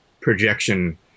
projection